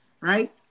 right